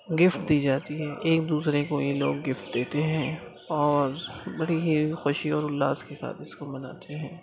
gift دی جاتی ہے ایک دوسرے کو یہ لوگ گفٹ دیتے ہیں اور بڑی ہی خوشی اور الاس کے ساتھ اس کو مناتے ہیں